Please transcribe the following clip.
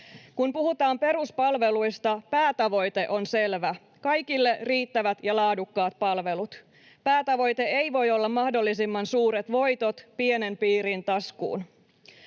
Kun puhutaan peruspalveluista, päätavoite on selvä: kaikille riittävät ja laadukkaat palvelut. Päätavoite ei voi olla mahdollisimman suuret voitot pienen piirin taskuun.